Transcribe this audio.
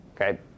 Okay